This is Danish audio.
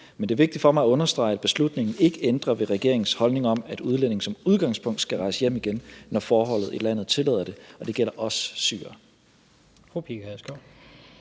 Men det er vigtigt for mig at understrege, at beslutningen ikke ændrer ved regeringens holdning om, at udlændinge som udgangspunkt skal rejse hjem igen, når forholdet i landet tillader det. Og det gælder også syrere.